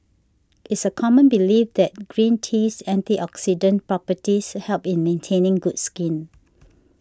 it's a common belief that green tea's antioxidant properties help in maintaining good skin